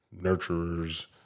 nurturers